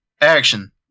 Action